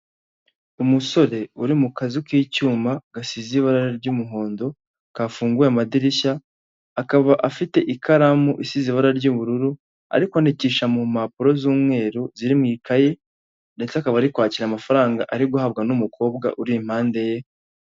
Umusore uri mu kazu k'icyuma gasize ibara ry'umuhondo, kafunguye amadirishya, akaba afite ikaramu isize ibara ry'ubururu, ari kwandikisha mu mpapuro z'umweru ziri mu ikaye ndetse akaba ari kwakira amafaranga ari guhabwa n'umukobwa uri impande ye.